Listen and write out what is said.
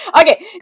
Okay